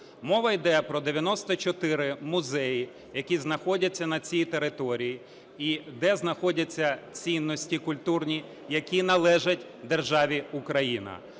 Мова йде про 94 музеї, які знаходяться на цій території і де знаходяться цінності культурні, які належать державі Україна.